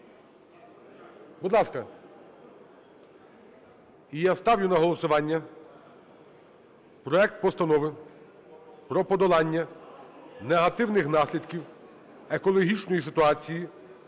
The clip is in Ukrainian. Будь ласка. І я ставлю на голосування проект Постанови про подолання негативних наслідків екологічної ситуації